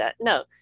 no